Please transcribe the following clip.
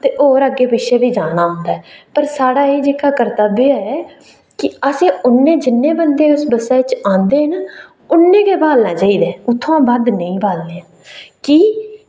ते होर अग्गें पिच्छें बी जाना होंदा ऐ पर साढ़ा एह् जेह्का कर्तव्य ऐ कि असें उन्ने जिन्ने बंदे उस बस्सै बिच औंदे न उन्ने गै बाह्लना चाहिदे उत्थुआं बद्ध नेईं बाह्लने की